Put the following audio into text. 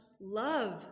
love